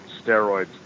steroids